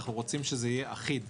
אנחנו רוצים שזה יהיה אחיד.